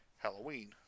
Halloween